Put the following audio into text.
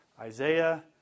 Isaiah